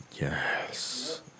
Yes